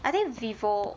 I think vivo